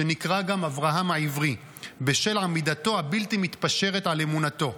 שנקרא גם אברהם העברי בשל עמידתו הבלתי-מתפשרת על אמונתו.